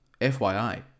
FYI